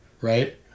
right